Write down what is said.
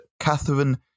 Catherine